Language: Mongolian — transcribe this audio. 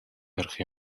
харах